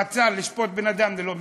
מעצר, לשפוט בן-אדם ללא משפט?